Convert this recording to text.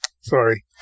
Sorry